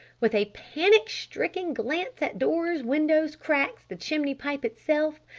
with a panic-stricken glance at doors, windows, cracks, the chimney pipe itself,